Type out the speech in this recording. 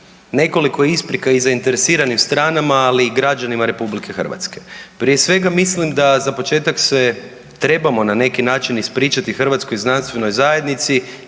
Nekoliko isprika i zainteresiranim stranama, ali i građanima RH. Prije svega, mislim da za početak se trebamo na neki način ispričati hrvatskoj znanstvenoj zajednici,